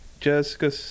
Jessica